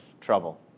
trouble